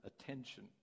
attention